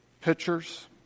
pictures